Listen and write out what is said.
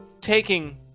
taking